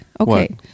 Okay